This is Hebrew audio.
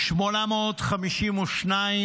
852 אזרחים,